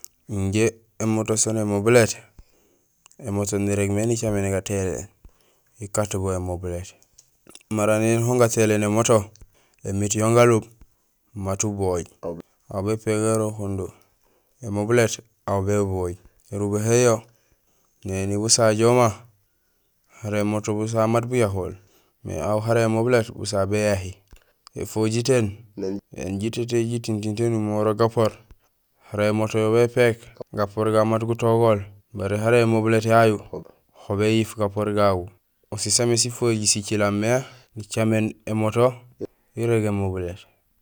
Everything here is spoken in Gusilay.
Injé émoto sén émobiléét, émoto nirégmé nicaméné gatéhiléén ikatbo émobiléét. Mara néni hon gatéhiléén émoto, émiit yon galub, maat ubooj, aw bépégoro hondo. Ēmobiléét aw bébooj. Ērubahéén yo néni busaha jooma, ara émoto busaha maat buyahol. Mais aw hara émobiléét, busaha bé yahi, éfojitéén éni jitétéy jitiiŋ tiin taan umiir mé urok gapor, ara émoto ho bépéék gapoor gagu maat gutogool, baré hara émobiléét yayu ho beyiif gapoor gagu. Usé saamé sifojiir sicilé, sicilaam mé nicaméén émoto irég émobiléét.